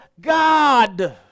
God